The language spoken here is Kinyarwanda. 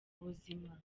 ubuzima